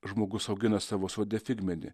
žmogus augina savo sode figmedį